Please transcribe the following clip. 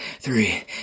Three